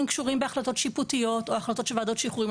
קשורים בהחלטות שיפוטיות או בהחלטות של ועדות שחרורים.